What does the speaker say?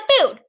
food